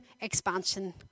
expansion